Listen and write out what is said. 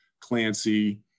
Clancy